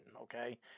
Okay